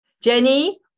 Jenny